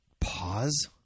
pause